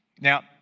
Now